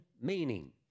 meaning